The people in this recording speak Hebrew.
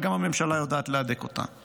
אלא גם הממשלה יודעת להדק אותה.